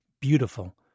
beautiful